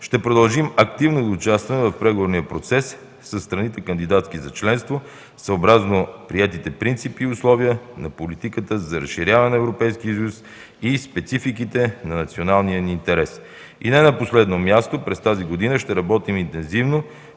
Ще продължим активно да участваме в преговорния процес със страните – кандидатки за членство, съобразно приетите принципи и условия на политиката за разширяване на Европейския съюз и спецификите на националния ни интерес. Не на последно място, през тази година ще работим интензивно